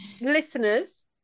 listeners